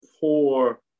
poor